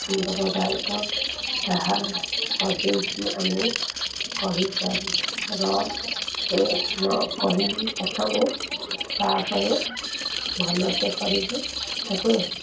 ସୁନ୍ଦରଦାୟକ ତାହା ସଜାଇକି ଆମେ କହିପାରୁ ରଫ୍ରେ ନ କହିିବି ପ୍ରଥମେ ତା'ପରେ ଭଲସେ କରିକି ତାକୁ